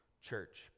church